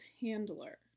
Handler